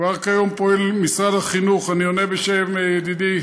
כבר כיום פועל משרד החינוך, אני עונה בשם ידידי